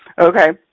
okay